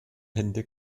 hände